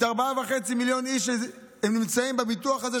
את הארבעה וחצי מיליון איש שנמצאים בביטוח הזה,